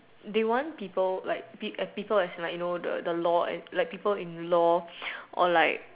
they want people like [pe] people as in like you know the the law and like people in law or like